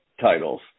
titles